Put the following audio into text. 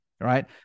right